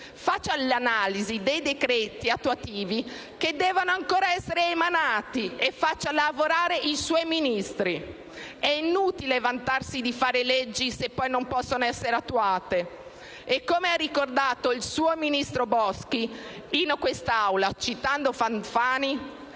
faccia l'analisi dei decreti attuativi che devono essere ancora emanati e faccia lavorare i suoi Ministri. È inutile vantarsi di fare leggi se poi non possono essere attuate; come ha ricordato il suo ministro Boschi in quest'Aula, citando Fanfani,